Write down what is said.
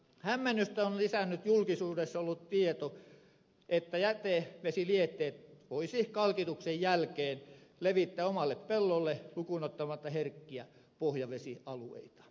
hämmennystä on lisännyt julkisuudessa ollut tieto että jätevesilietteet voisi kalkituksen jälkeen levittää omalle pellolle lukuun ottamatta herkkiä pohjavesialueita